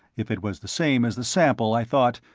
if it was the same as the sample, i thought,